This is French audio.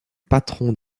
patrons